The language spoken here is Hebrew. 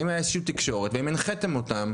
האם היה איזושהי תקשורת והאם הנחתם אותם